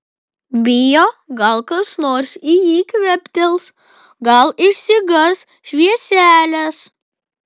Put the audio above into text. bijo gal kas nors į jį kvėptels gal išsigąs švieselės